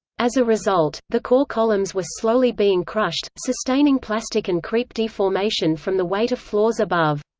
as a result, the core columns were slowly being crushed, sustaining plastic and creep deformation from the weight of floors above.